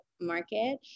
market